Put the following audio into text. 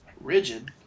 Rigid